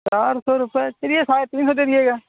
چار سو روپئے چلیے ساڑھے تین سو دے دیے گا